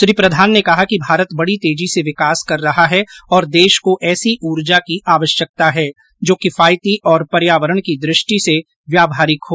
श्री प्रधान ने कहा कि भारत बड़ी तेजी से विकास कर रहा है और देश को ऐसी ऊर्जा की आवश्यनकता है जो किफायती और पर्यावरण की दृष्टि से व्यावहारिक हो